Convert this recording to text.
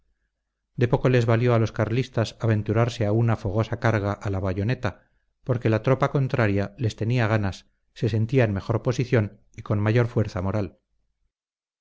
de poco les valió a los carlistas aventurarse a una fogosa carga a la bayoneta porque la tropa contraria les tenía ganas se sentía en mejor posición y con mayor fuerza moral